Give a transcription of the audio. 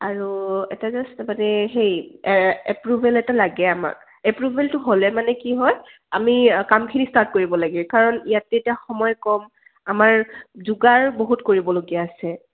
আৰু এটা জাষ্ট মানে সেই এপ্ৰভেল এটা লাগে আমাক এপ্ৰভেলটো হ'লে মানে কি হয় আমি কামখিনি ষ্টাৰ্ট কৰিব লাগে কাৰণ ইয়াতে এতিয়া সময় কম আমাৰ যোগাৰ বহুত কৰিবলগীয়া আছে